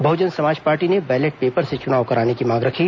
Bahujan Samaj Party ने ballot paper से चुनाव कराने की मांग रखी